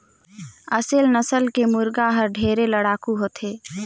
असेल नसल के मुरगा हर ढेरे लड़ाकू होथे